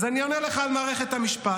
אז אני עונה לך על מערכת המשפט.